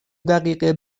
دقیقه